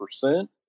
percent